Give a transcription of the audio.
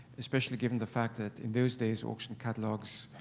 especially given the fact that, in those days auction catalogs,